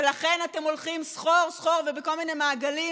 ולכן אתם הולכים סחור-סחור ובכל מיני מעגלים